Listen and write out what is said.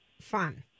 fun